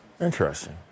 interesting